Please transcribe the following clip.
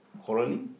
quarreling